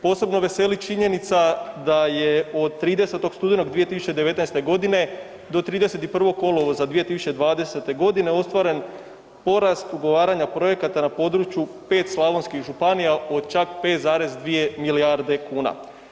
Posebno veseli činjenica da je od 30. studenog 2019. do 31. kolovoza 2020. godine ostvaren porast ugovaranja projekata na području 5 slavonskih županija od čak 5,2 milijarde kuna.